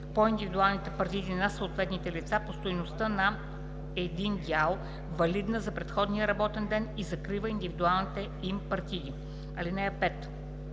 по индивидуалните партиди на съответните лица по стойността на един дял, валидна за предходния работен ден, и закрива индивидуалните им партиди. (5)